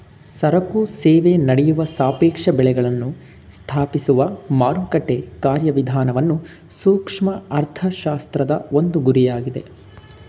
ಸರಕು ಸೇವೆ ನಡೆಯುವ ಸಾಪೇಕ್ಷ ಬೆಳೆಗಳನ್ನು ಸ್ಥಾಪಿಸುವ ಮಾರುಕಟ್ಟೆ ಕಾರ್ಯವಿಧಾನವನ್ನು ಸೂಕ್ಷ್ಮ ಅರ್ಥಶಾಸ್ತ್ರದ ಒಂದು ಗುರಿಯಾಗಿದೆ